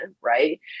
right